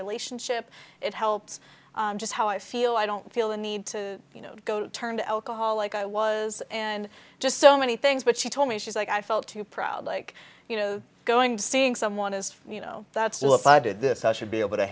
relationship it helps just how i feel i don't feel the need to go turn to alcohol like i was and just so many things but she told me she's like i felt too proud like you know going to seeing someone is you know that's still if i did this i should be able to